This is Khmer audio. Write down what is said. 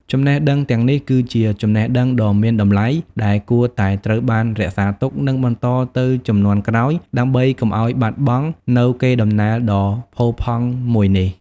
ចំណេះដឹងទាំងនេះគឺជាចំណេះដឹងដ៏មានតម្លៃដែលគួរតែត្រូវបានរក្សាទុក និងបន្តទៅជំនាន់ក្រោយ ដើម្បីកុំឲ្យបាត់បង់នូវកេរដំណែលដ៏ផូរផង់មួយនេះ។